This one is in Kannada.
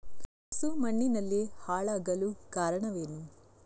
ಗೆಣಸು ಮಣ್ಣಿನಲ್ಲಿ ಹಾಳಾಗಲು ಕಾರಣವೇನು?